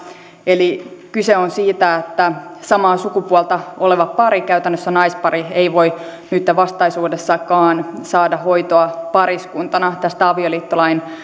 eli kyse on siitä että samaa sukupuolta oleva pari käytännössä naispari ei voi nytten vastaisuudessakaan saada hoitoa pariskuntana tästä avioliittolain